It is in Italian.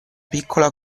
piccola